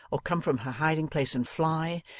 or come from her hiding-place and fly,